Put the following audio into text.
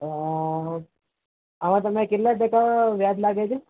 અ આમાં તમને કેટલા ટકા વ્યાજ લાગે છે